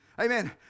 Amen